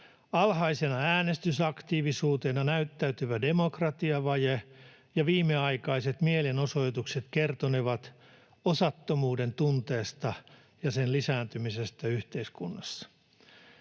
Alhaisena äänestysaktiivisuutena näyttäytyvä demokratiavaje ja viimeaikaiset mielenosoitukset kertonevat osattomuuden tunteesta ja sen lisääntymisestä yhteiskunnassa.